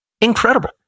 incredible